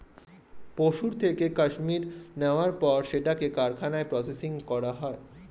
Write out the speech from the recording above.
পশুর থেকে কাশ্মীর নেয়ার পর সেটাকে কারখানায় প্রসেসিং করা হয়